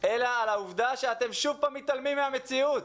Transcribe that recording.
אלא על העובדה שאתם שוב פעם מתעלמים מהמציאות.